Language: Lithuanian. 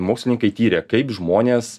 mokslininkai tyrė kaip žmonės